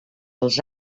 els